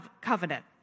covenant